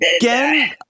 Again